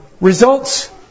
results